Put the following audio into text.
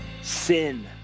sin